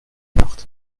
nacht